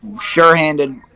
sure-handed